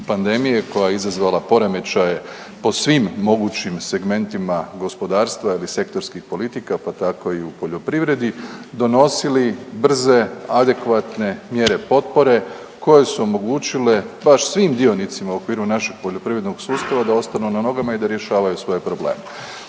koja je izazvala poremećaje po svim mogućim segmentima gospodarstva ili sektorskih politika, pa tako i u poljoprivredi, donosili brze, adekvatne mjere potpore koje su omogućile baš svim dionicima u okviru našeg poljoprivrednog sustava da ostanu na nogama i da rješavaju svoje probleme.